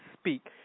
speak